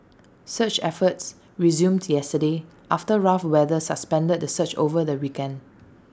search efforts resumed yesterday after rough weather suspended the search over the weekend